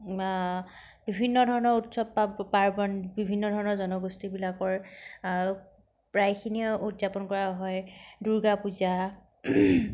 বিভিন্ন ধৰণৰ উৎসৱ পাৰ্ৱণ বিভিন্ন ধৰণৰ জনগোষ্ঠীবিলাকৰ প্ৰায়খিনিয়ে উদযাপন কৰা হয় দুৰ্গা পূজা